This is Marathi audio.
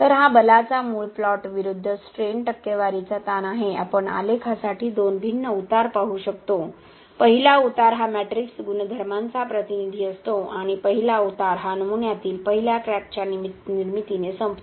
तर हा बलाचा मूळ प्लॉट विरुद्ध स्ट्रेन टक्केवारीचा ताण आहे आपण आलेखासाठी दोन भिन्न उतार पाहू शकतो पहिला उतार हा मॅट्रिक्स गुणधर्मांचा प्रतिनिधी असतो आणि पहिला उतार हा नमुन्यातील पहिल्या क्रॅकच्या निर्मितीने संपतो